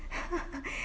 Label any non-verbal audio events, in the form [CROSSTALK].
[LAUGHS]